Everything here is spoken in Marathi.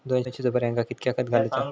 दोनशे सुपार्यांका कितक्या खत घालूचा?